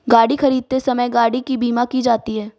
गाड़ी खरीदते समय गाड़ी की बीमा की जाती है